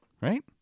right